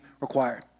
required